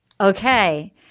okay